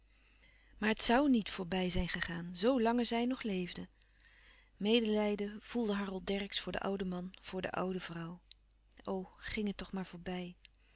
maar het zû niet voorbij zijn gegaan zoo lange zij nog leefden medelijden voelde harold dercksz voor den ouden man voor de oude vrouw o ging het toch maar voorbij